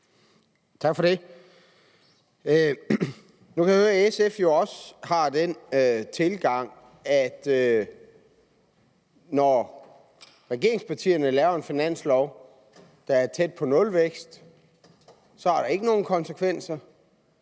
Tak for det. Nu kan jeg høre, at SF jo også har den tilgang, at når regeringspartierne laver en finanslov, der er tæt på nulvækst, så er der ikke nogen konsekvenser,